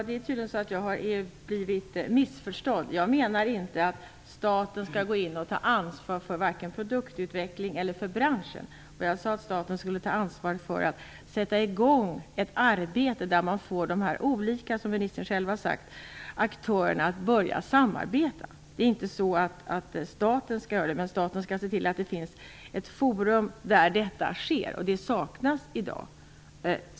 Fru talman! Jag har tydligen blivit missförstådd. Jag menar inte att staten skall gå in och ta ansvar för vare sig produktutvecklingen eller branschen. Jag sade att staten skulle ta ansvar för att sätta i gång ett arbete, så att dessa olika aktörer kan börja samarbeta. Det har ministern själv sagt. Staten skall inte göra jobbet, men staten skall se till att det finns ett forum där detta samarbete kan ske. Det saknas i dag.